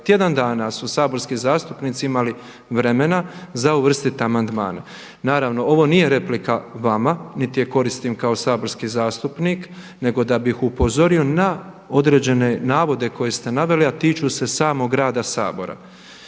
red dakle tjedan dana vremena za uvrstiti amandmane. Naravno ovo nije replika vama niti je koristim kao saborski zastupnik nego da bih upozorio na određene navode koje ste naveli a tiču se samog rada Sabora.